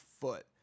foot